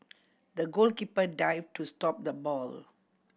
the goalkeeper dive to stop the ball